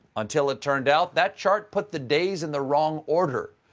until it turned out that chart put the days in the wrong order.